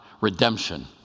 redemption